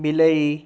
ବିଲେଇ